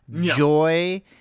joy